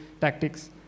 tactics